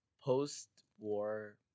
post-war